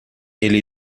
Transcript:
ele